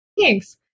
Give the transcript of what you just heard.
Thanks